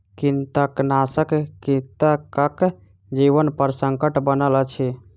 कृंतकनाशक कृंतकक जीवनपर संकट बनल अछि